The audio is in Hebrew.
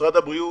למשרד הבריאות,